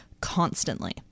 constantly